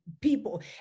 people